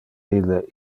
ille